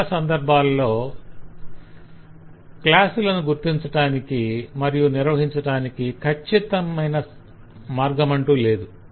చాలా సందర్భాలలో తరగతులను గుర్తించడానికి మరియు నిర్వహించడానికి ఖచ్చితంగా సరైన మార్గమంటూ ఉండదు